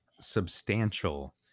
substantial